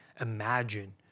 Imagine